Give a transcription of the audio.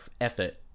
effort